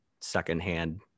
secondhand